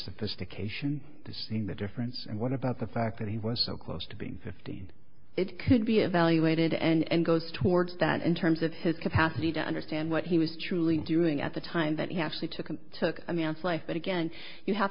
sophistication in the difference and what about the fact that he was so close to being fifty it could be evaluated and goes towards that in terms of his capacity to understand what he was truly doing at the time that he actually took a man's life but again you have